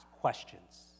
questions